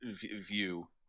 view